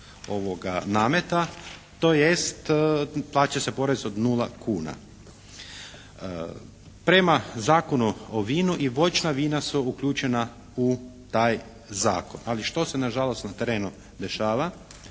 poreznog nameta, tj. plaća se porez od 0 kuna. Prema Zakonu o vinu i voćna vina su uključena u taj zakon, ali što se na žalost na terenu dešava?